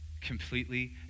Completely